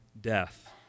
death